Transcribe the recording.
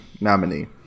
nominee